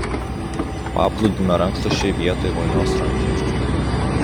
paplūdimio rankšluosčiai vietoj vonios rankšluosčių